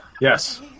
Yes